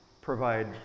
provide